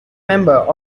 member